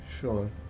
Sure